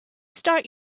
start